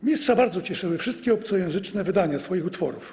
Mistrza bardzo cieszyły wszystkie obcojęzyczne wydania jego utworów.